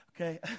okay